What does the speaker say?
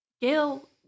Gail